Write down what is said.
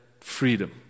freedom